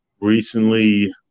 recently